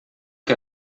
que